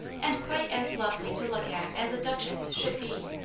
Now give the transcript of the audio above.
and quite as lovely to look at as a duchess should be.